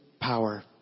power